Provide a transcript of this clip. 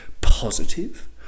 Positive